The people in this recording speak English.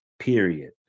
Period